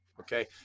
Okay